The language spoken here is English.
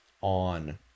on